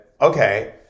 okay